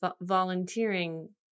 volunteering